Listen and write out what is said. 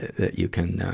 that you can, ah,